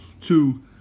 Two